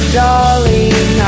darling